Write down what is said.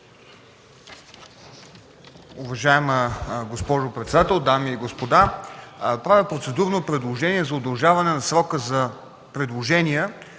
Уважаема госпожо председател! Дами и господа, правя процедурно предложение за удължаване срока за предложения